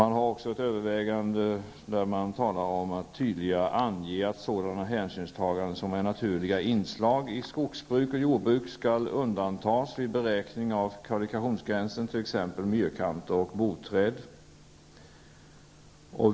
Man har ett övervägande där man talar om att tydligare ange att sådana hänsynstaganden som är naturliga inslag i skogsbruk och jordbruk skall undantas vid beräkning av kvalifikationsgränsen, t.ex. myrkanter och boträd.